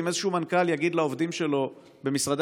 אם איזשהו מנכ"ל יגיד לעובדים שלו במשרדי